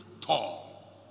tall